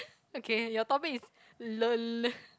okay your topic is lull